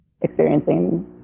experiencing